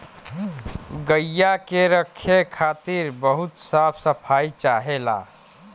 गइया के रखे खातिर बहुत साफ सफाई चाहेला